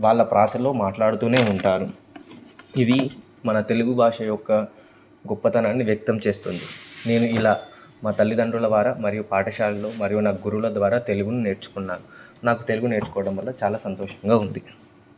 వాళ్ళ ప్రాసలో మాట్లాడుతూనే ఉంటారు ఇది మన తెలుగు భాష యొక్క గొప్పతనాన్ని వ్యక్తం చేస్తుంది నేను ఇలా మా తల్లిదండ్రుల ద్వారా మరియు పాఠశాలలో మరియు నా గురువుల ద్వారా తెలుగును నేర్చుకున్నాను నాకు తెలుగు నేర్చుకోవడం వల్ల చాలా సంతోషంగా ఉంది